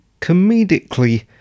comedically